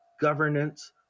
governance